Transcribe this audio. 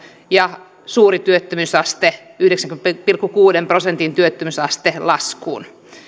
ja käännetään suuri työttömyysaste yhdeksän pilkku kuuden prosentin työttömyysaste laskuun